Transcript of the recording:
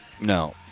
No